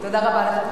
תודה רבה.